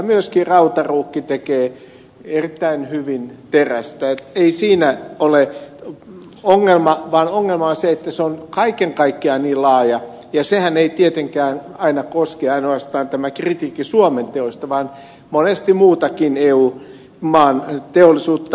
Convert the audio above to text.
myöskin rautaruukki tekee erittäin hyvin terästä ei siinä ole ongelma vaan ongelma on se että se on kaiken kaikkiaan niin laaja ja tämä kritiikkihän ei tietenkään aina koske ainoastaan suomen teollisuutta vaan monesti muidenkin eu maiden teollisuutta